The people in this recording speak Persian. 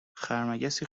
خرمگسی